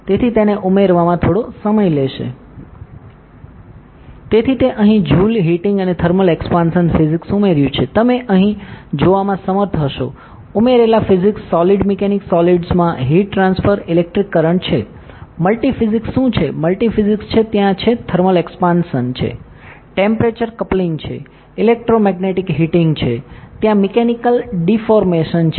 તેથી તેને ઉમેરવામાં થોડો સમય લેશે તેથી તે અહીં જુલ હીટિંગ અને થર્મલ એક્સપાંશન ફિઝિક્સ ઉમેર્યું છે તમે અહીં જોવામાં સમર્થ હશો ઉમેરેલા ફિઝિક્સ સોલિડ મિકેનિક્સ સોલિડ્સમાં હીટ ટ્રાન્સફર ઇલેક્ટ્રિક કરંટ છે મલ્ટિ ફિઝિક્સશું છે મલ્ટિ ફિઝિક્સ છે ત્યાં છે થર્મલ એક્સપાંશન છે ટેમ્પરેચર કપલિંગ છે ઇલેક્ટ્રોમેગ્નેટિક હીટિંગ છે ત્યાં મિકેનિકલ ડેફોર્મેસન છે